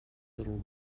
little